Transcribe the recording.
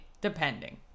Depending